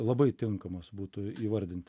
labai tinkamas būtų įvardinti